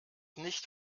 nicht